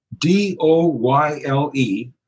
D-O-Y-L-E